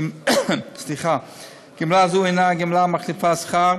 גמלה זו הנה גמלה מחליפת שכר,